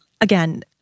again